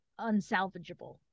unsalvageable